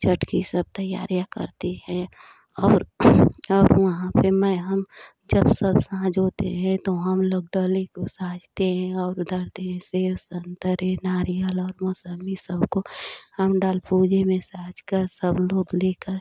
छठ की सब तैयारियाँ करती हैं और और वहाँ पर मैं हम जब सब साँझ होते हें तो हम लोग डले को साजते हैं और धरते हैं सेब संतरे नारियल और मौसम्बी सबको हम डल पूजे में साज का सब लोग लेकर